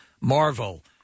Marvel